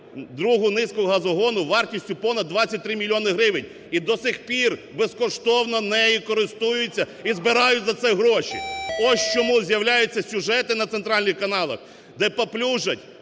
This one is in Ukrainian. другу низку газогону вартістю понад 23 мільйони гривень і до сих пір безкоштовно нею користуються, і збирають за це гроші. Ось чому з'являються сюжети на центральних каналах, де паплюжать